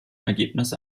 ergebnis